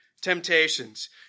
temptations